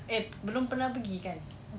eh belum pernah pergi kan